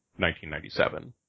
1997